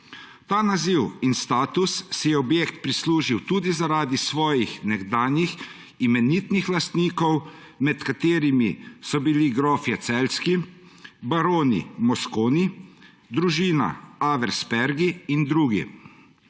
Ta naziv in status si je objekt prislužil tudi zaradi svojih nekdanjih imenitnih lastnikov, med katerimi so bili Celjski grofje, baroni Mosconi, družina Auersperg in drugi.